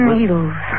Needles